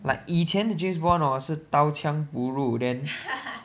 like 以前的 James Bond 是刀枪不入 then